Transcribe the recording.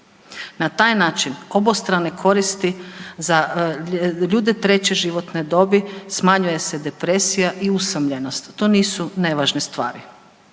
Na taj način obostrane koristi za ljude treće životne dobi smanjuje se depresija i usamljenost. To nisu nevažne stvari.